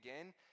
again